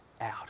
out